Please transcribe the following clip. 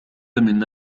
منا